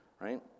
right